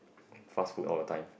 fast food all the time